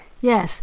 Yes